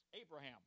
Abraham